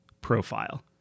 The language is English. profile